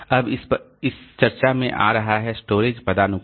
अब इस चर्चा में आ रहा है स्टोरेज पदानुक्रम